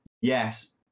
yes